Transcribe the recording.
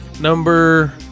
Number